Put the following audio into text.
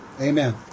Amen